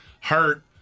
hurt